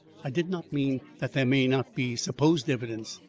i did not mean that there may not be supposed evidence.